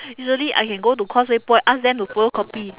easily I can go to causeway-point ask them to photocopy